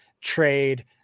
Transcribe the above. trade